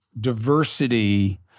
diversity